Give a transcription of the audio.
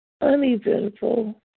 uneventful